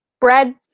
bread